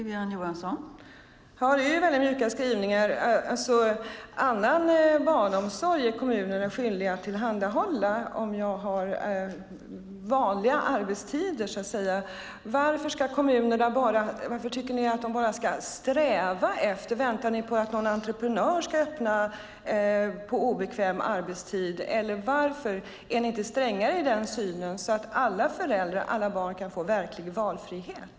Fru talman! Det är väldigt mjuka skrivningar. Annan barnomsorg är kommunerna skyldiga att tillhandahålla, om jag har vanliga arbetstider. Varför tycker ni att kommunerna bara ska sträva efter detta? Väntar ni på att någon entreprenör ska öppna på obekväm arbetstid, eller varför är ni inte strängare i er syn så att alla föräldrar och alla barn kan få verklig valfrihet?